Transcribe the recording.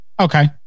Okay